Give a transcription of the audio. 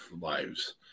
lives